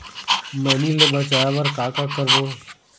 मैनी ले बचाए बर का का करबो?